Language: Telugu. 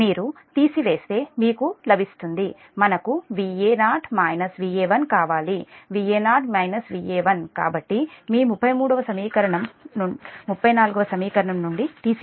మీరు తీసివేస్తే మీకు లభిస్తుందిమనకు Va0 Va1 కావాలి Va0 Va1 కాబట్టి మీ 33 సమీకరణాన్ని సమీకరణం 34 నుండి తీసివేయండి